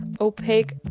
opaque